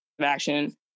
action